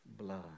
blood